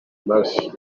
mavi